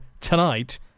tonight